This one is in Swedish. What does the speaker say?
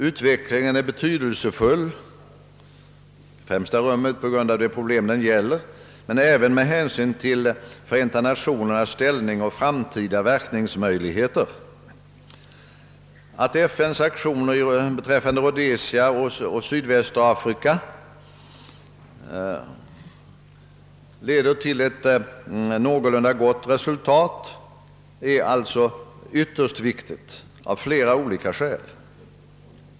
Utvecklingen är betydelsefull i främsta rummet på grund av de problem det gäller men även med hänsyn till Förenta Nationernas ställning och framtida verkningsmöjligheter. Att FN:s aktioner beträffande Rhodesia och Sydvästafrika leder till ett någorlunda gott resultat är alltså av flera olika skäl ytterst viktigt.